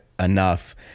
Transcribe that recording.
enough